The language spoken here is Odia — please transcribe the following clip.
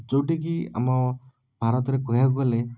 ଯେଉଁଟାକି ଆମ ଭାରତରେ କହିବାକୁ ଗଲେ